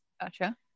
Gotcha